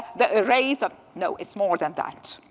the raise ah no, it's more than that.